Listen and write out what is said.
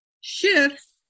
shifts